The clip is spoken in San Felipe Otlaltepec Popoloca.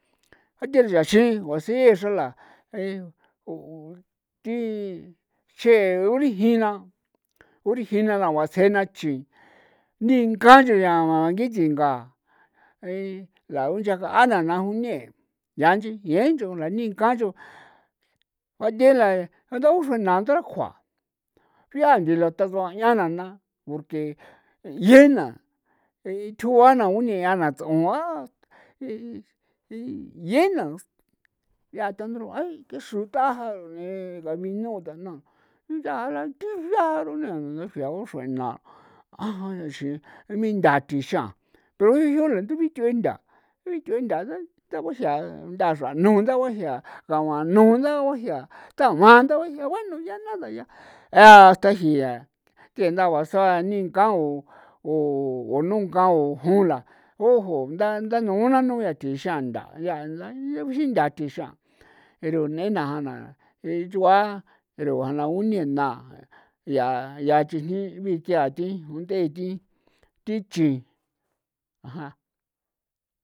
A then thaxii guasin xra la thi xe uri jina uri jina na guatsjena chi ninga nche ya bitsinga yaa unche aga'ana na june ya nchi 'ie nch'o ra niinga nch'u juathe'e la ntha uxrua na ndarajua xria nche la tas'uan ya na na porque yena uthjuana uñea na ts'un a iyeena yaa tha ndaru'a ay ke xru tjaa ja xrune gabinu ta na yaa la ntiyaru na yaa uxruena ajan xinaa mintha tixan ru jiu ntha bith'ue ntha bith'ue ntha nthaxra nuu nda guajia gamanuu nda guajia taguan nda guajia bueno ya nada ya hasta jia thi ndabasua ninka o nunka o jon la o jo nda nda nuu nanu yaa thixian ntha ya ntha yaa bixintha tixian pero nena jan na je'e chugua pero a na gunie na unena yaa chijni bikian thi jund'e thi thi chi ajan.